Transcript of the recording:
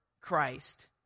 Christ